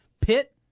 Pitt